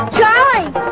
Charlie